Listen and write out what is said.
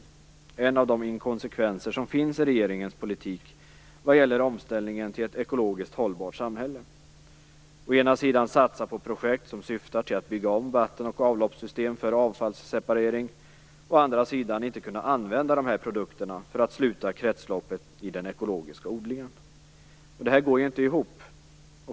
Det gäller en av de inkonsekvenser som finns i regeringens politik när det gäller omställningen till ett ekologiskt hållbart samhälle. Å ena sidan skall vi satsa på projekt som syftar till att bygga om vatten och avloppssystem för avfallsseparering, å andra sidan kan vi inte använda dessa produkter för att sluta kretsloppet i den ekologiska odlingen. Det här går ju inte ihop.